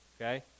Okay